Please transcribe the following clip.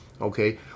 okay